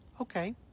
okay